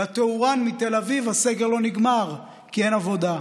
לתאורן מתל אביב הסגר לא נגמר, כי אין עבודה.